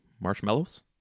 marshmallows